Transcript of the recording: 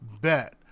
Bet